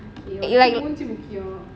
like மூஞ்சி முக்கியம்:moonji mukkiyam